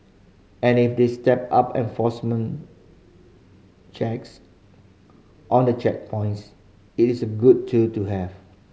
and if they step up enforcement checks on the checkpoints it is a good tool to have